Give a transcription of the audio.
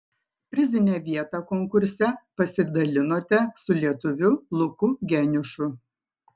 prizinę vietą konkurse pasidalinote su lietuviu luku geniušu